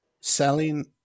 selling